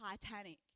Titanic